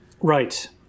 Right